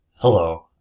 Hello